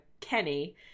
Kenny